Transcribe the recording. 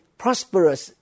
prosperous